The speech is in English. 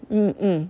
mm mm